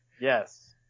Yes